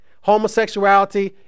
Homosexuality